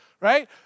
Right